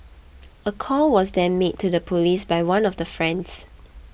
a call was then made to the police by one of the friends